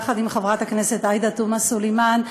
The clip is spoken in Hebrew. יחד עם חברת הכנסת עאידה תומא סלימאן,